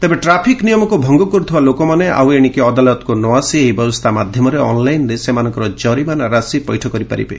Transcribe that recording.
ତେବେ ଟ୍ରାଫିକ୍ ନିୟମକୁ ଭଙ୍ଗ କରୁଥିବା ଲୋକମାନେ ଆଉ ଏଣିକି ଅଦାଲତକୁ ନ ଆସି ଏହି ବ୍ୟବସ୍ଥା ମାଧ୍ୟମରେ ଅନ୍ଲାଇନ୍ରେ ସେମାନଙ୍କର ଜରିମାନା ରାଶି ପଇଠ କରିପାରିବେ